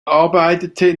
arbeitete